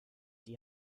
die